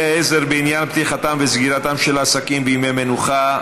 עזר בעניין פתיחתם וסגירתם של עסקים בימי מנוחה),